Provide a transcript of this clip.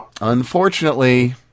unfortunately